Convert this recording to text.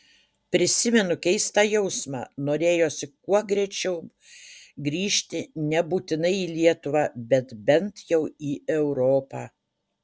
prisimenu keistą jausmą norėjosi kuo greičiau grįžti nebūtinai į lietuvą bet bent jau į europą